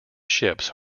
ships